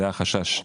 זה החשש,